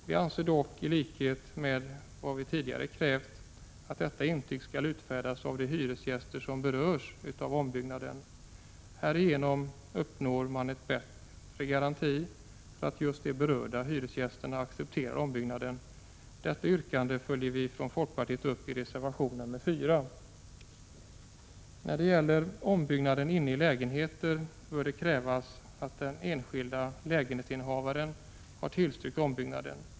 Vi anser dock, i likhet med vad vi tidigare krävt, att detta intyg skall utfärdas av de hyresgäster som berörs av ombyggnaden. Härigenom uppnår man en bättre garanti för att just de berörda hyresgästerna accepterar ombyggnaden. Detta yrkande följer vi från folkpartiet upp i reservation 4. När det gäller ombyggnad inne i lägenheter bör det krävas att den enskilda lägenhetsinnehavaren har tillstyrkt ombyggnaden.